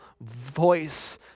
voice